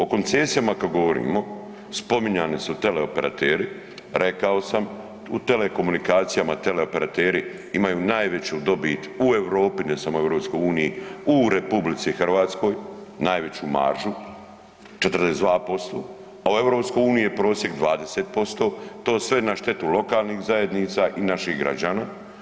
O koncesijama kad govorimo, spominjani su teleoperateri, rekao sam u telekomunikacijama, teleoperateri imaju najveću dobit u Europi, ne samo u EU, u RH, najveću maržu, 42% a u EU je prosjek 20%, to sve na štetu lokalnih zajednica i naših građana.